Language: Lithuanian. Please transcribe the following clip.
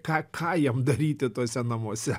ką ką jiem daryti tuose namuose